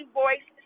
voice